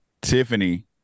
Tiffany